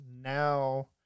now